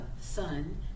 Son